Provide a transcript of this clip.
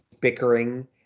bickering